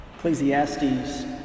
Ecclesiastes